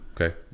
Okay